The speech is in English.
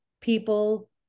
people